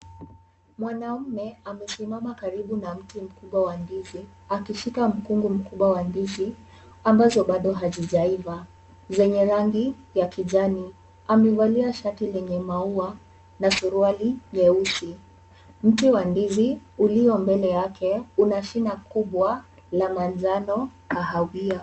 Mwanaume ame simama karibu na mti, ndoa ndizi, akishika mkungu mkubwa wa ndizi, ambazo bado hazijaiba. Zenye rangi ya kijani. Ameivalia shati lenye maua, na suruali nyeusi. Mti wa ndizi ulio mbele yake unashina kubwa la manjano kahawia.